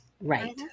Right